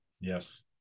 Yes